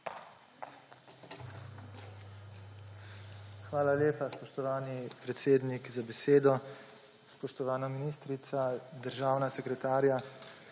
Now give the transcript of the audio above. Hvala lepa, spoštovani predsednik, za besedo. Spoštovana ministrica, državna sekretarja,